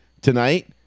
tonight